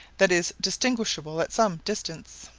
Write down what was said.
that is distinguishable at some distance.